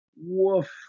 Woof